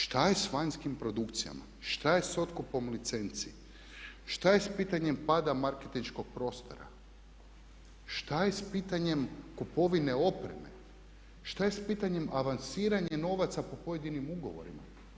Šta je sa vanjskim produkcijama, šta je sa otkupom licenci, šta je sa pitanjem pada marketinškog prostora, šta je s pitanjem kupovine opreme, šta je sa pitanjem avansiranje novaca po pojedinim ugovorima.